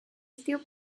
still